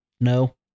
no